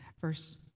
verse